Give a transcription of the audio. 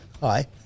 Hi